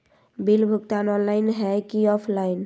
Bill भुगतान online है की ऑफलाइन?